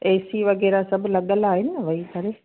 AC वग़ैरह सभु लॻियल आहे न वेही करे